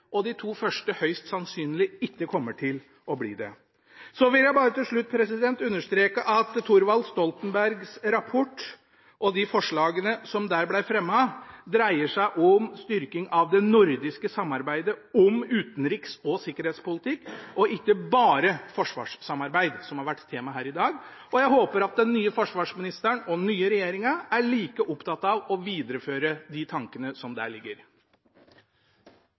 og de to første høyst sannsynlig ikke kommer til å bli det. Så vil jeg bare til slutt understreke at Thorvald Stoltenbergs rapport og de forslagene som der ble fremmet, dreier seg om styrking av det nordiske samarbeidet om utenriks- og sikkerhetspolitikk og ikke bare forsvarssamarbeid, som har vært tema her i dag. Jeg håper at den nye forsvarsministeren og den nye regjeringen er like opptatt av å videreføre de tankene som der ligger.